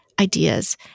ideas